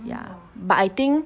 ya but I think